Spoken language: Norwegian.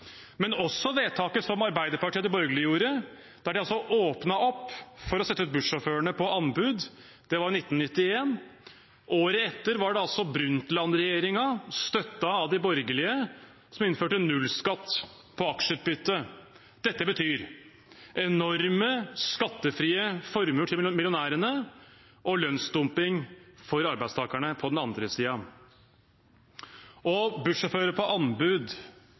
men også vedtaket som Arbeiderpartiet og de borgerlige gjorde da de åpnet opp for å sette ut bussjåførene på anbud. Det var i 1991. Året etter var det Brundtland-regjeringen, støttet av de borgerlige, som innførte nullskatt på aksjeutbytte. Dette betyr enorme skattefrie formuer til millionærene på den ene siden og lønnsdumping for arbeidstakerne på den andre siden. Bussjåfører på anbud,